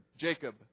Jacob